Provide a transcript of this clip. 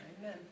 Amen